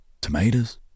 tomatoes